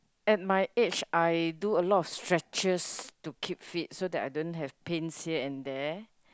at my age I do a lot of stretches to keep fit so that I don't have pains here and there